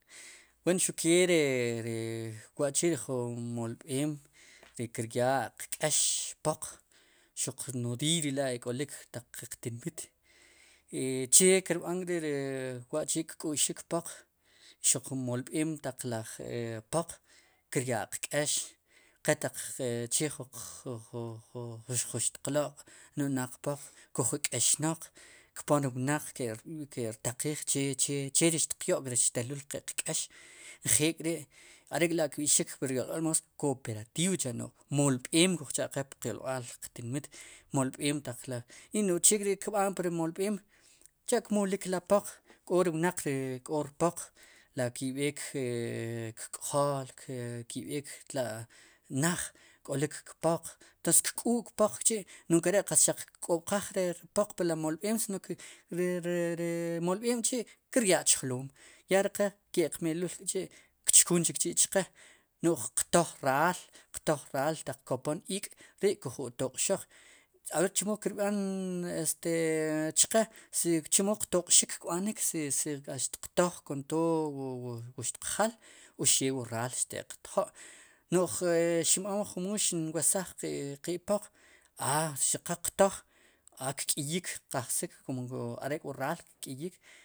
Wen xuq keree re wa'chi' jun molbén ri kiryaa qk'ex poq xuq nodiiy rela' kp olik taq qeq tinmit i che kirb'an kri' wa'chi' kk'uxik poq xuq jun molb'eem taq laj e poq kiryaa qk'ex qe taq chee ju ju ju juxtqloq' no'j naad qpoq kuj je k'eexnaq kpon ri wnaq ki'rtaqiij che che cheri xtiq yo'k rech xteluul qe'q k'eex njeel k'ri' are' k'la' kb'i'xik pur yolb'al moos kooperativa cha' molb'eem kuj cha'qe puq yolb'al qtinmit molb'en taq la i no'j chek'ri' kb'aan pri molb'eem sicha' kmolik la poq k'o ri wnaq k'o ri wnaq ri k'olik rpoq la ki'b'eek kk'jool ki'ek tla' naj k'olik kpoq entonces kkuu kpoq k'chi' no'j nkare' xaq k'oqoj ri poq pri molb'eem si no ri. ri ri molb'eem chi' kiryaa chjloom ya ri qe ki'q me'luul k'chi' kchkun chik chi' chqe no'j qtoj raal qtoj raal taq kopom iik' rii koj itoq'xoq are'chemo kirbán este chqe si chemo qtoq'xik kb'anik si k'a xtiq toj kontood wu xtiq jal o xew wu raal xtiq tjo' no'j xinb'an wa jumuul xin wesaj qe'poq a si qal qtoj a kk'iyik qaj sik kumarek'wu raal kk'iyik.